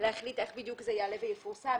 להחליט איך בדיוק זה יעלה ויפורסם,